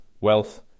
wealth